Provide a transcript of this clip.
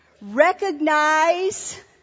recognize